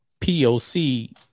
POC